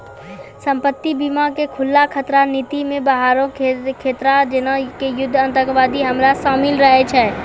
संपत्ति बीमा के खुल्ला खतरा नीति मे बाहरो के खतरा जेना कि युद्ध आतंकबादी हमला शामिल रहै छै